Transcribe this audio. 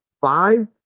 five